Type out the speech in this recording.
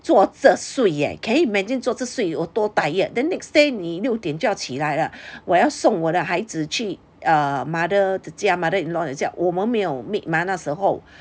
坐着睡 eh can you imagine 坐着睡有多 tired then next day 你六点就要起来了我要送我的孩子去 err mother 的家 mother in law 的家我们没 maid 吗那时候